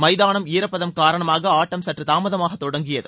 மைதானம்ஈரப்பதம் காரணமாக ஆட்டம் சற்று தாமதமாக தொடங்கியது